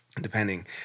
depending